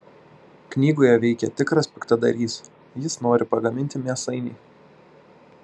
knygoje veikia tikras piktadarys jis nori pagaminti mėsainį